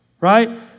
right